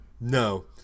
No